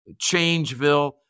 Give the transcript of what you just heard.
Changeville